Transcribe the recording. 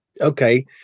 okay